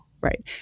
right